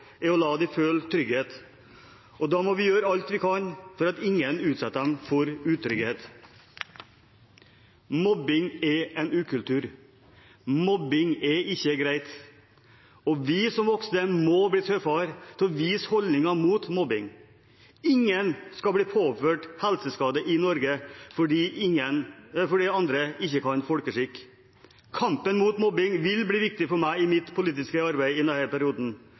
å la dem føle trygghet, og da må vi gjøre alt vi kan for at ingen utsetter dem for utrygghet. Mobbing er en ukultur – mobbing er ikke greit. Og vi som voksne må bli tøffere til å vise holdninger mot mobbing. Ingen i Norge skal bli påført helseskade fordi andre ikke har folkeskikk. Kampen mot mobbing vil bli viktig for meg i mitt politiske arbeid i denne perioden.